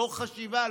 לא חשיבה,